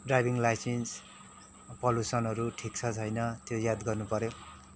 driving licence पल्युसनहरू ठिक छ छैन त्यो याद गर्नुपऱ्यो